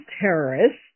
terrorists